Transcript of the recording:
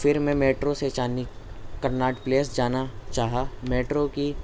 پھرر میں میٹرو سے Chandni Connaught Place جانا چاہا میٹرو کی